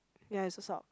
ya it's a sock